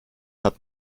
hat